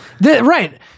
Right